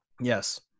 Yes